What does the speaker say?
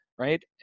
Right